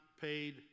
paid